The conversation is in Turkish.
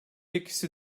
ikisi